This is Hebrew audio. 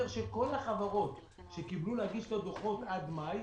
שכל בעלי השליטה של החברות שקיבלו להגיש את הדוחות עד מאי,